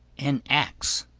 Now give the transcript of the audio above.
an axe,